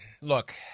look